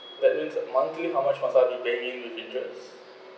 that loan uh monthly how much paying with interest